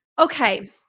Okay